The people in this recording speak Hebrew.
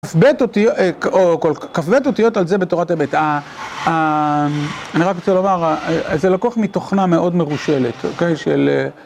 כ"ב אותיות על זה בתורת אמת. אני רק רוצה לומר, זה לקוח מתוכנה מאוד מרושלת, אוקיי, של...